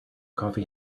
coffee